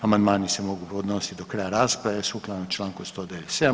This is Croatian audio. Amandmani se mogu podnosit do kraja rasprave sukladno čl. 197.